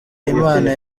imana